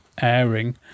airing